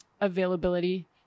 availability